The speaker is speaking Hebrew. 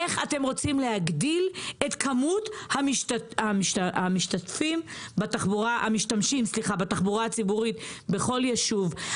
איך אתם רוצים להגדיל את כמות המשתמשים בתחבורה הציבורית בכל ישוב?